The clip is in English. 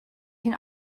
can